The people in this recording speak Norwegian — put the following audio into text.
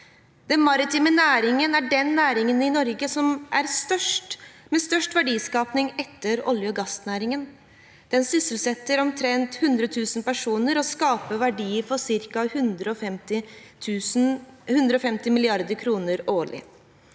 Den maritime næringen er den næringen i Norge med størst verdiskaping etter olje- og gassnæringen. Den sysselsetter omtrent 100 000 personer og skaper verdier for ca. 150 mrd. kr årlig.